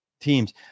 teams